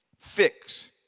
Fix